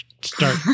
start